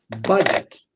budget